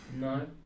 No